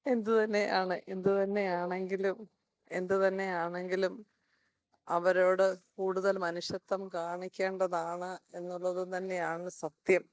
എന്തു തന്നെയാണ് എന്തു തന്നെയാണെങ്കിലും എന്തു തന്നെയാണെങ്കിലും അവരോട് കൂടുതൽ മനുഷ്യത്വം കാണിക്കേണ്ടതാണ് എന്നുള്ളത് തന്നെയാണ് സത്യം